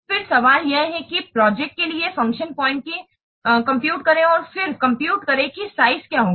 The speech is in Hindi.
फिर सवाल यह है कि प्रोजेक्ट के लिए फ़ंक्शन पॉइंट की कंप्यूट करें और फिर कंप्यूट करें कि साइज क्या होगा